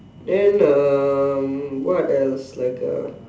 then um what else like uh